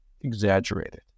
exaggerated